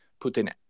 Putin